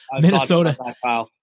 Minnesota